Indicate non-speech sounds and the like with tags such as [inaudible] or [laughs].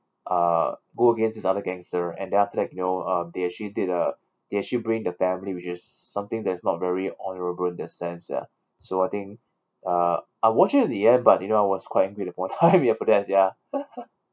uh go against this other gangster and then after that you know um they actually did a they actually bring the family which is something that is not very honourable in that sense ya so I think uh I watch until the end but you know I was quite angry the whole time [breath] for that ya [laughs]